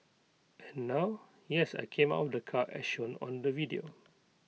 and now yes I came out of the car as shown on the video